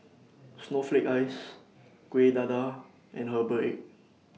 Snowflake Ice Kueh Dadar and Herbal Egg